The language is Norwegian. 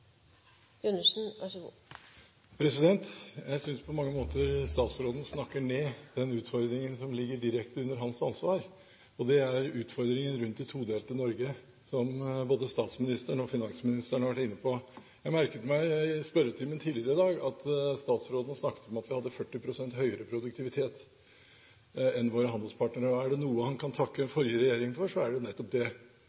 det er utfordringen rundt det todelte Norge, noe både statsministeren og finansministeren har vært inne på. Jeg merket meg i spørretimen tidligere i dag at statsråden snakket om at vi hadde 40 pst. høyere produktivitet enn våre handelspartnere. Er det noe han kan takke